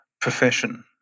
profession